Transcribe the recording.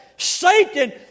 Satan